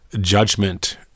judgment